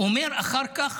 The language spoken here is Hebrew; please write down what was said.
אומר אחר כך